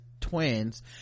twins